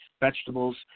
vegetables